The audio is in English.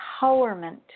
empowerment